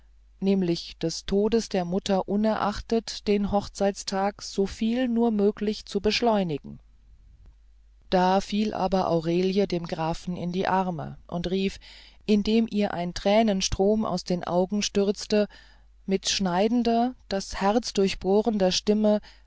nämlich des todes der mutter unerachtet den hochzeitstag soviel nur möglich zu beschleunigen da fiel aber aurelie dem grafen in die arme und rief indem ihr ein tränenstrom aus den augen stürzte mit schneidender das herz durchbohrender stimme